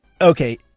okay